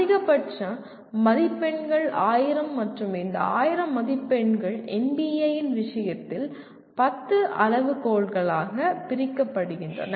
அதிகபட்ச மதிப்பெண்கள் 1000 மற்றும் இந்த 1000 மதிப்பெண்கள் NBA இன் விஷயத்தில் 10 அளவுகோல்களாக பிரிக்கப்படுகின்றன